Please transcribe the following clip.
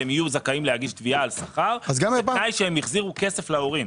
והם יהיו זכאים להגיש תביעה על שכר בתנאי שהם יחזירו כסף להורים.